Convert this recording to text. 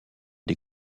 des